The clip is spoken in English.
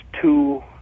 two